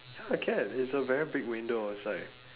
ya can it's a very big window outside